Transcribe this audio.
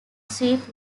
sweep